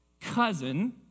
cousin